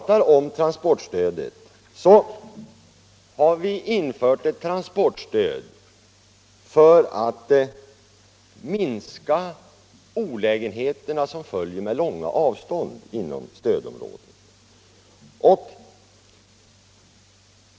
Transportstödet har införts för att minska de olägenheter som följer med långa avstånd inom stödområdet.